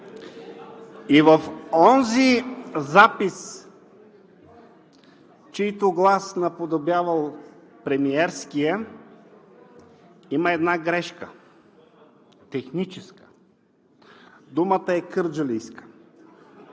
И в онзи запис, чийто глас наподобявал премиерския, има една техническа грешка, думата е „кърджалийска“.